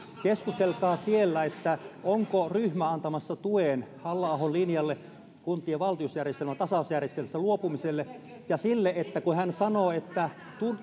keskustelkaa siellä onko ryhmä antamassa tuen halla ahon linjalle kuntien valtionosuusjärjestelmän tasausjärjestelmästä luopumiselle ja sille kun hän sanoo että